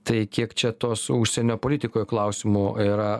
tai kiek čia tos užsienio politikoj klausimų yra ne